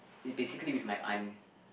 it's basically with my aunt